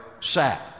sat